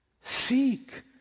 Seek